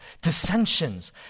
dissensions